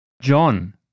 John